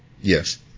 Yes